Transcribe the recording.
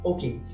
Okay